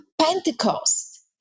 Pentecost